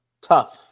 tough